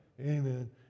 amen